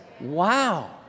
Wow